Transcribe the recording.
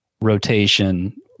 rotation